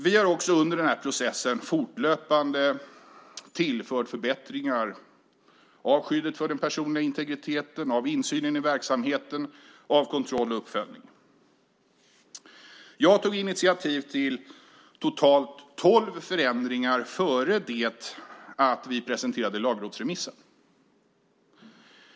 Under den här processen har vi också fortlöpande tillfört förbättringar av skyddet för den personliga integriteten, av insynen i verksamheten, av kontroll och uppföljning. Jag tog initiativ till totalt tolv förändringar före det att vi presenterade lagrådsremissen.